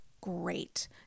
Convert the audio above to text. great